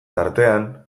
tartean